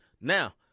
Now